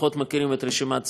פחות מכירים את רשימת סנדלר,